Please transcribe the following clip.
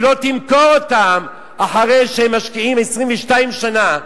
שהיא לא תמכור אותם אחרי שהם משקיעים 22 שנה,